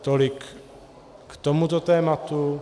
Tolik k tomuto tématu.